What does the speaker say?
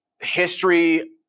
history